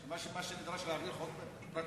מה שנדרש להעביר חוק פרטי.